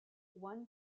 one